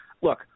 Look